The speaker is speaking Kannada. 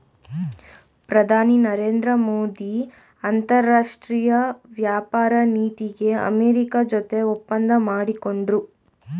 ಪ್ರಧಾನಿ ನರೇಂದ್ರ ಮೋದಿ ಅಂತರಾಷ್ಟ್ರೀಯ ವ್ಯಾಪಾರ ನೀತಿಗೆ ಅಮೆರಿಕ ಜೊತೆ ಒಪ್ಪಂದ ಮಾಡ್ಕೊಂಡ್ರು